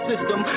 System